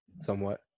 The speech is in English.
Somewhat